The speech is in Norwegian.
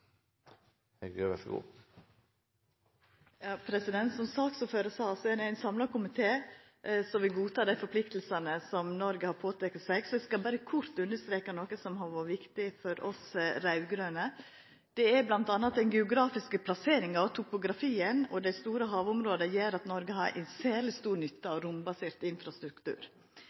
eg skal berre kort understreka noko som har vore viktig for oss raud-grøne. Det er m.a. at den geografiske plasseringa, topografien og dei store havområda gjer at Noreg har særleg stor nytte av rombasert infrastruktur.